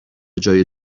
جای